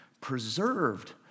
preserved